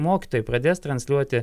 mokytojai pradės transliuoti